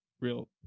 real